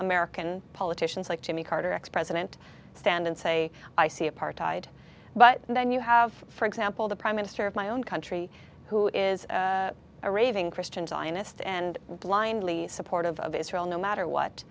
american politicians like jimmy carter ex president stand and say i see apartheid but then you have for example the prime minister of my own country who is a raving christian zionist and blindly supportive of israel no matter what